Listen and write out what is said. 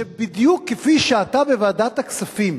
שבדיוק שכפי שאתה בוועדת הכספים